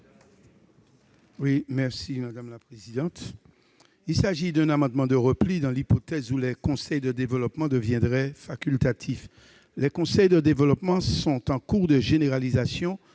est à M. Maurice Antiste. Il s'agit d'un amendement de repli, dans l'hypothèse où les conseils de développement deviendraient facultatifs. Les conseils de développement sont en cours de généralisation